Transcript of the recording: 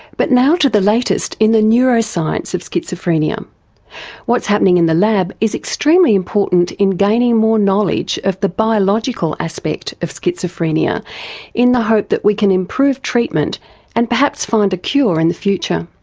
but now to the latest in the neuroscience of schizophrenia what's happening in the lab is extremely important in gaining more knowledge of the biological aspect of schizophrenia in the hope that we can improve treatment and perhaps find a cure in the future.